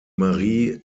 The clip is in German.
marie